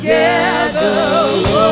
together